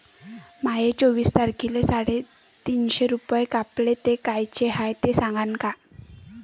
माये चोवीस तारखेले साडेतीनशे रूपे कापले, ते कायचे हाय ते सांगान का?